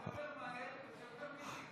הוא מדבר מהר ויש יותר מילים.